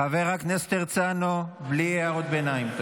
חבר הכנסת הרצנו, בלי הערות ביניים.